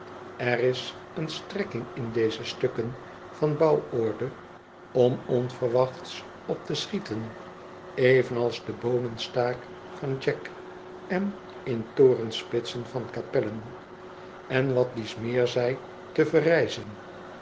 er is een strekking in deze stukken van bouworde om onverwachts op te schieten evenals de boonenstaak van jack en in torenspitsen van kapellen en wat dies meer zij te verrazen